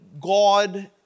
God